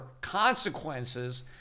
consequences